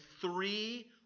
three